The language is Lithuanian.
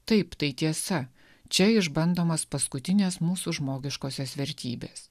taip tai tiesa čia išbandomos paskutinės mūsų žmogiškosios vertybės